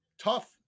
tough